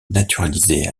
naturalisée